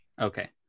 Okay